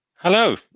Hello